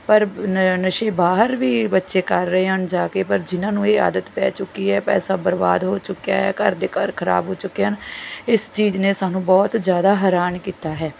ਪਰ ਨਸ਼ੇ ਨਸ਼ੇ ਬਾਹਰ ਵੀ ਬੱਚੇ ਕਰ ਰਹੇ ਹਨ ਜਾ ਕੇ ਪਰ ਜਿਹਨਾਂ ਨੂੰ ਇਹ ਆਦਤ ਪੈ ਚੁੱਕੀ ਹੈ ਪੈਸਾ ਬਰਬਾਦ ਹੋ ਚੁੱਕਿਆ ਹੈ ਘਰ ਦੇ ਘਰ ਖਰਾਬ ਹੋ ਚੁੱਕੇ ਹਨ ਇਸ ਚੀਜ਼ ਨੇ ਸਾਨੂੰ ਬਹੁਤ ਜ਼ਿਆਦਾ ਹੈਰਾਨ ਕੀਤਾ ਹੈ